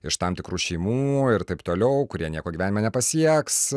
iš tam tikrų šeimų ir taip toliau kurie nieko gyvenime nepasieks